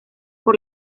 por